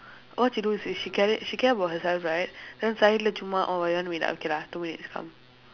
all she do is is she she care she care about herself right then suddenly orh you want to meet ah two minutes come